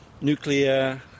Nuclear